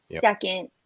second